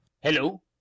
hello